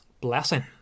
blessing